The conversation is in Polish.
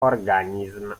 organizm